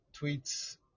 Tweets